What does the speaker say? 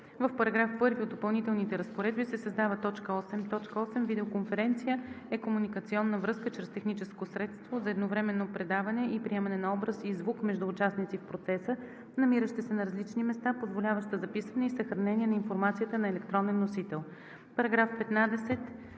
В § 1 от Допълнителната разпоредба се създава т. 8: „8. „Видеоконференция“ е комуникационна връзка чрез техническо средство за едновременно предаване и приемане на образ и звук между участници в процеса, намиращи се на различни места, позволяваща записване и съхраняване на информацията на електронен носител.“